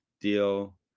deal